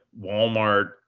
Walmart